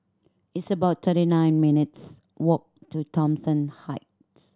it's about thirty nine minutes' walk to Thomson Heights